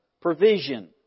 provision